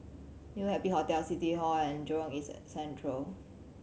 New Happy Hotel City Hall and Jurong East Central